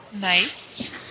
Nice